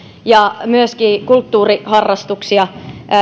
ja myöskin kulttuuriharrastuksia